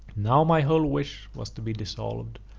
now my whole wish was to be dissolved,